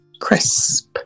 crisp